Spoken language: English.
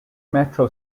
metro